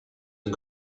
and